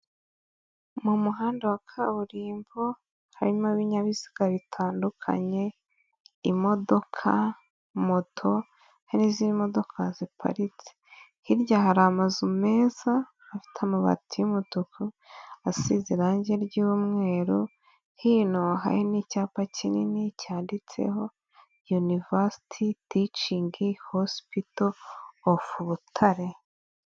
Mu muhanda wa kaburimbo, harimo ibinyabiziga bitandukanye, imodoka, moto, harimo n'izindi modoka ziparitse, hirya hari amazu meza afite amabati y'umutuku asize irangi ry'umweru, hino hari n'icyapa kinini cyanditseho ''University teaching hospital of Butare.''